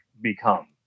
become